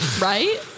right